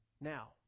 Now